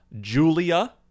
julia